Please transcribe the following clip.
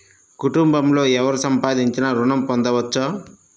కుటుంబంలో ఎవరు సంపాదించినా ఋణం పొందవచ్చా?